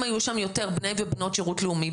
אם היו שם יותר בני ובנות שירות לאומי,